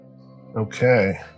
Okay